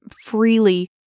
freely